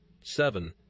Seven